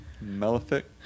Malefic